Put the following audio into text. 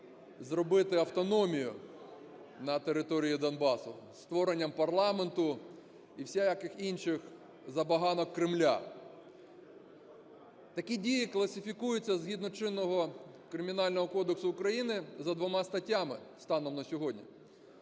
зробити автономію на території Донбасу зі створенням парламенту і всяких інших забаганок Кремля. Такі дії класифікуються згідно чинного Кримінального кодексу України за двома статтями станом на сьогодні